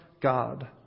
God